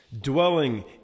dwelling